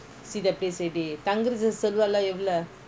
தங்கிறதுக்குசொல்லுவேலஎவ்ளோ:thankirathuku sollu vela evlo